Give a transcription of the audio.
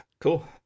cool